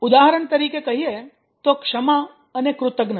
ઉદાહરણ તરીકે કહીએ તો ક્ષમા અને કૃતજ્ઞતા